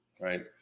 right